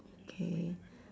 okay